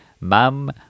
Mum